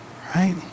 Right